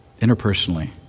interpersonally